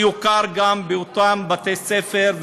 יוכר גם באותם בתי-ספר,